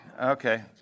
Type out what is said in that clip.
okay